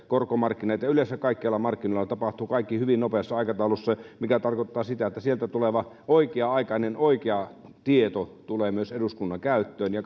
korkomarkkinoilla ja yleensä kaikkialla markkinoilla tapahtuu kaikki hyvin nopeassa aikataulussa mikä tarkoittaa sitä että sieltä tuleva oikea aikainen oikea tieto tulee myös eduskunnan käyttöön ja